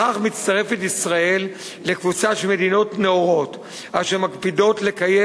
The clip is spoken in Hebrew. בכך מצטרפת ישראל לקבוצה של מדינות נאורות אשר מקפידות לקיים